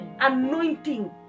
anointing